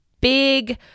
big